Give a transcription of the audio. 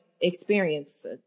experience